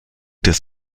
des